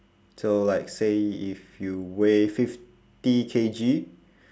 so like say if you weigh fifty K_G